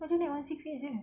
apa tu naik one six eight jer